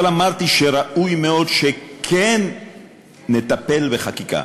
אבל אמרתי שראוי מאוד שכן נטפל בחקיקה.